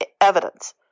evidence